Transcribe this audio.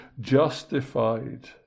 justified